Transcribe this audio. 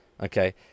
Okay